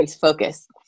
focus